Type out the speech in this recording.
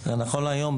נכון להיום,